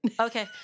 Okay